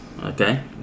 Okay